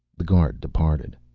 the guard departed.